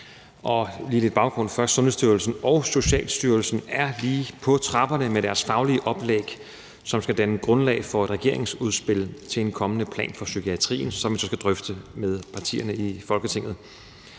Lige lidt baggrund først: Sundhedsstyrelsen og Socialstyrelsen er lige på trapperne med deres faglige oplæg, som skal danne grundlag for et regeringsudspil til en kommende plan for psykiatrien, som vi så skal drøfte med partierne i Folketinget.